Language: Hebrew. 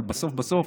אבל בסוף בסוף,